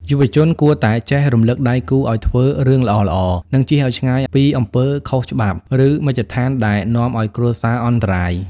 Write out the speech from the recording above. យុវជនគួរតែចេះ "រំលឹកដៃគូឱ្យធ្វើរឿងល្អៗ" និងចៀសឱ្យឆ្ងាយពីអំពើខុសច្បាប់ ឬមជ្ឈដ្ឋានដែលនាំឱ្យគ្រួសារអន្តរាយ។